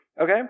Okay